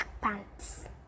pants